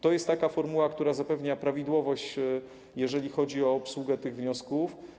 To jest taka formuła, która zapewnia prawidłowość, jeżeli chodzi o obsługę tych wniosków.